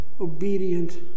obedient